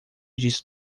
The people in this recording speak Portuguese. disso